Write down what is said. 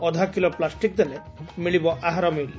ଅଧାକିଲୋ plastic ଦେଲେ ମିଳିବ ଆହାର ମିଲ୍